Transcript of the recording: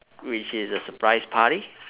which is a surprise party